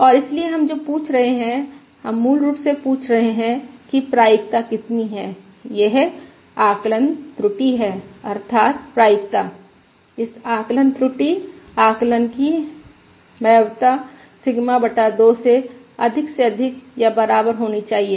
और इसलिए हम जो पूछ रहे हैं हम मूल रूप से पूछ रहे हैं कि प्रायिकता कितनी हैं यह आकलन त्रुटि है अर्थात् प्रायिकता इस आकलन त्रुटि आकलन की भयावहता सिग्मा बटा 2 से अधिक से अधिक या बराबर होनी चाहिए